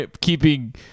keeping